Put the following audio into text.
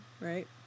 right